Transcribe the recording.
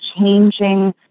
changing